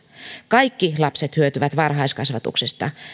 kaikki lapset hyötyvät varhaiskasvatuksesta